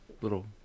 little